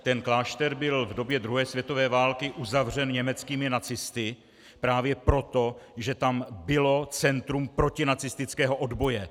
Ten klášter byl v době druhé světové války uzavřen německými nacisty právě proto, že tam bylo centrum protinacistického odboje.